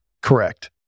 Correct